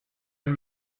and